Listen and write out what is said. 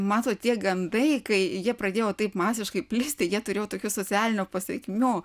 matot tie gandai kai jie pradėjo taip masiškai plisti jie turėjo tokių socialinių pasekmių